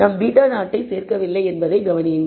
நாம் β0 ஐ சேர்க்கவில்லை என்பதைக் கவனியுங்கள்